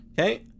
Okay